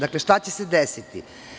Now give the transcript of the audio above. Dakle, šta će se desiti?